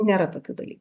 nėra tokių dalykų